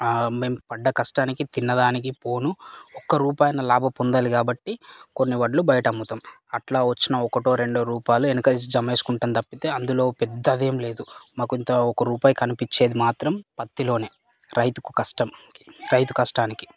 ఆ మేము పడ్డ కష్టానికి తినదానికి పోను ఒక్క రుపాయి అన్న లాభం పొందాలి కాబట్టి కొన్ని వడ్లు బయట మొత్తం అట్లా వచ్చిన ఒకటో రెండో రూపాలు వెనక వేసి జమవేసుకుంటాం తప్పితే అందులో పెద్ద అదేం లేదు మాకు ఇంత ఒక రూపాయి కనిపించేది మాత్రం పత్తిలోనే రైతుకు కష్టం రైతు కష్టానికి